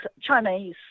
Chinese